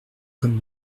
comme